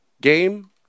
game